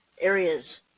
areas